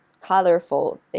colorful